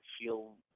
feel